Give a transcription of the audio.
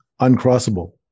uncrossable